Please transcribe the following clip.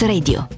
Radio